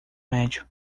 médio